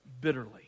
Bitterly